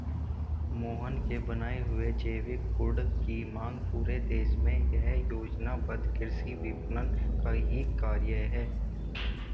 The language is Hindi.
मोहन के बनाए हुए जैविक गुड की मांग पूरे देश में यह योजनाबद्ध कृषि विपणन का ही कार्य है